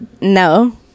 no